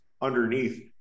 underneath